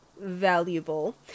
valuable